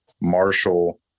Marshall